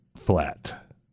flat